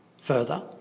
further